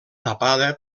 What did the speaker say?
tapada